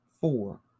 four